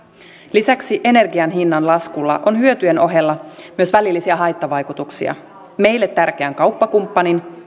lisäksi energian hinnan laskulla on hyötyjen ohella myös välillisiä haittavaikutuksia meille tärkeän kauppakumppanin